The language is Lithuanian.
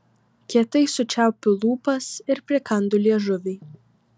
kietai sučiaupiu lūpas ir prikandu liežuvį